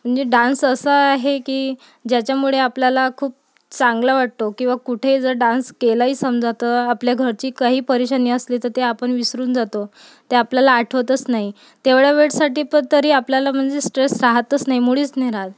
आणि डान्स असं आहे की ज्याच्यामुळे आपल्याला खूप चांगलं वाटतो किंवा कुठे जर डान्स केलाही समजा तर आपल्या घरची काही परेशानी असली तर ते आपण विसरून जातो ते आपल्याला आठवतच नाही तेवढ्या वेळसाठी पण तरी आपल्याला म्हणजे स्ट्रैस राहतच नाही मुळीच नाही राहत